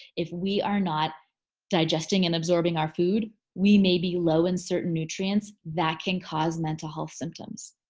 if we are not digesting and absorbing our food we may be low in certain nutrients that can cause mental health symptoms.